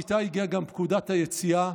ואיתה הגיעה גם פקודת היציאה,